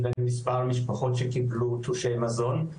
לבין מספר המשפחות שקיבלו תלושי מזון.